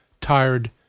tired